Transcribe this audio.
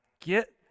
get